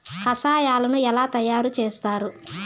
కషాయాలను ఎలా తయారు చేస్తారు?